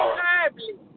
terribly